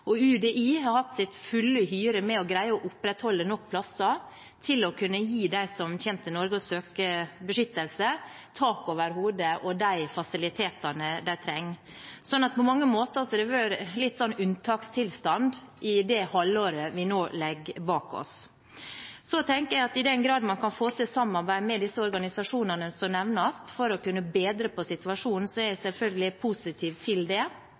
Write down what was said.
og UDI har hatt sin fulle hyre med å greie å opprettholde nok plasser til å kunne gi dem som kommer til Norge og søker beskyttelse, tak over hodet og de fasilitetene de trenger. Så på mange måter har det vært en unntakstilstand i det halvåret vi nå legger bak oss. Så tenker jeg at i den grad man for å bedre situasjonen kan få til samarbeid med disse organisasjonene som nevnes, er jeg selvfølgelig positiv til det.